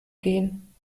gehen